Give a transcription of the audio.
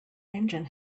engine